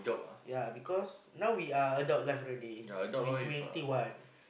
ya because now we are adult life already we twenty one